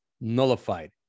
nullified